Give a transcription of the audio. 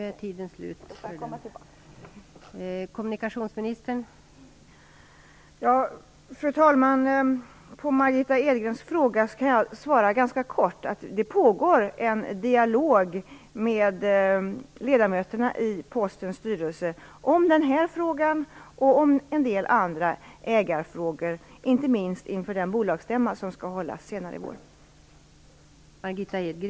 Fru talman! På Margitta Edgrens fråga kan jag svara ganska kort. Det pågår en dialog med ledamöterna i Postens styrelse om den här frågan och om en del andra ägarfrågor, inte minst inför den bolagsstämma som skall hållas senare i vår.